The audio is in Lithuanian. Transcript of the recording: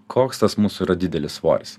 koks tas mūsų yra didelis svoris